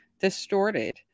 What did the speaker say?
distorted